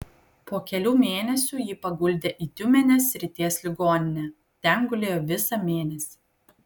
po kelių mėnesių jį paguldė į tiumenės srities ligoninę ten gulėjo visą mėnesį